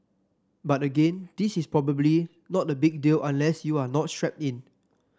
but again this is probably not a big deal unless you are not strapped in